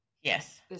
yes